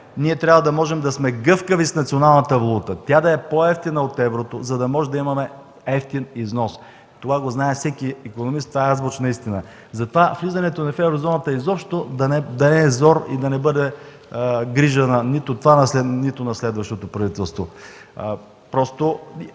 Ние трябва да можем да сме гъвкави с националната валута, тя да е по-евтина от еврото, за да можем да имаме евтин износ. Това го знае всеки икономист. Това е азбучна истина. Затова влизането ни в Еврозоната изобщо да не е зор и да не е грижа нито на това, нито на следващото правителство.